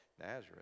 Nazareth